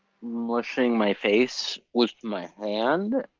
mushing my face with my hand,